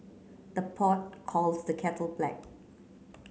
the pot calls the kettle black